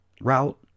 route